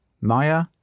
Maya